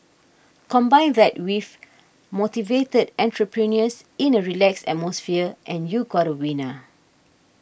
combine that with motivated entrepreneurs in a relaxed atmosphere and you got a winner